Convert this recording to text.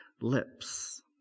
lips